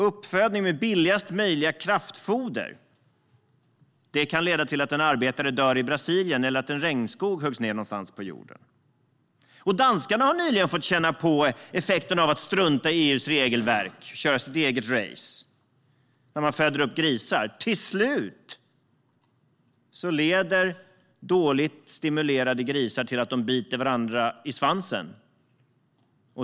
Uppfödning med billigast möjliga kraftfoder kan leda till att en arbetare i Brasilien dör eller att en regnskog huggs ned någonstans på jorden. Danskarna har nyligen fått känna på effekten av att strunta i EU:s regelverk och köra sitt eget race, när de föder upp grisar. Till slut leder dåligt stimulerade grisar till att de biter varandra i svansen.